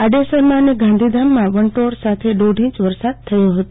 આડેસરમાંને ગાંધીધામમાં વંટોળ સાથે દોઢ ઈંચ વરસાદ થયો હતો